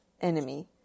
enemy